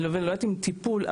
אני לא יודעת אם יש צורך בטיפול,